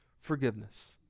forgiveness